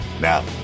Now